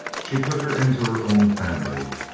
she took her into her own family,